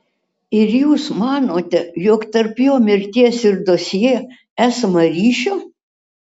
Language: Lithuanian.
ir jūs manote jog tarp jo mirties ir dosjė esama ryšio